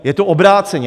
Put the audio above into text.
Je to obráceně.